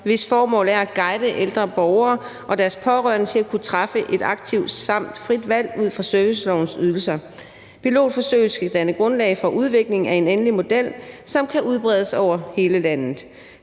hvis formål er at guide ældre borgere og deres pårørende til at kunne træffe et aktivt samt frit valg ud fra servicelovens ydelser. Pilotforsøget skal danne grundlag for udviklingen af en endelig model, som kan udbredes over hele landet.